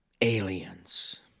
Aliens